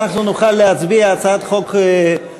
אנחנו נוכל להצביע על הצעת חוק שותפות,